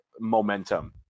momentum